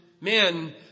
men